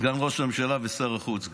סגן ראש הממשלה וגם שר החוץ.